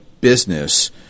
business